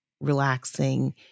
relaxing